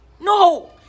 no